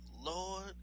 Lord